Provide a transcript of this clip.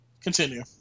Continue